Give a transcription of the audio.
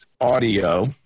audio